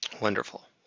Wonderful